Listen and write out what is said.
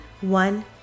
one